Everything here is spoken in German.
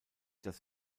das